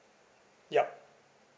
yup